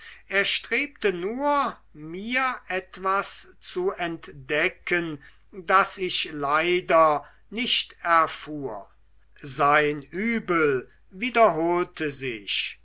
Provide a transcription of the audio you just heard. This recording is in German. er strebte nur mir etwas zu entdecken das ich leider nicht erfuhr sein übel wiederholte sich